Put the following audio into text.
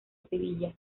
sevilla